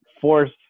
force